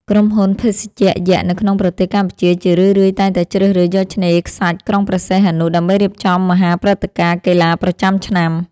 ក្រុមហ៊ុនភេសជ្ជៈយក្សនៅក្នុងប្រទេសកម្ពុជា ជារឿយៗតែងតែជ្រើសរើសយកឆ្នេរខ្សាច់ក្រុងព្រះសីហនុ ដើម្បីរៀបចំមហាព្រឹត្តិការណ៍កីឡាប្រចាំឆ្នាំ។